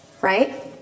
right